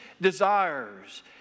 desires